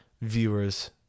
Viewers